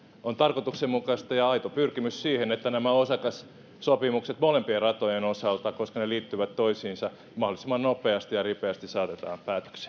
on tarkoituksenmukaista ja aito pyrkimys siihen että nämä osakassopimukset molempien ratojen osalta koska ne liittyvät toisiinsa mahdollisimman nopeasti ja ripeästi saatetaan